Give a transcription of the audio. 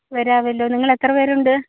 വരാമല്ലോ നിങ്ങളെത്ര പേരുണ്ട്